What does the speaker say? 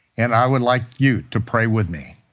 and i would like you to pray with me.